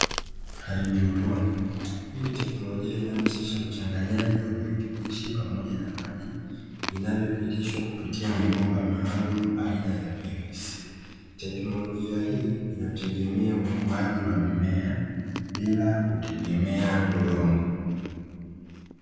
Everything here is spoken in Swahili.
Haidroponi; hii ni teknolojia inayohusisha uchanganyaji wa virutubishi pamoja na maji, vinavyopitishwa kupitia mabomba maalumu aina ya "PVC". Technolojia hii inategemea ukuaji wa mimea bila kutegemea udongo.